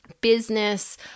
business